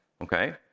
Okay